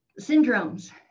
syndromes